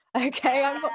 okay